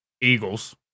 eagles